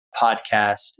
podcast